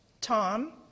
Tom